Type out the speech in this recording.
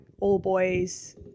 all-boys –